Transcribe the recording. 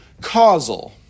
causal